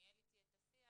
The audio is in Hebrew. שניהל איתי את השיח,